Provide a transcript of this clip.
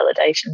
validation